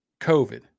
covid